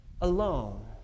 alone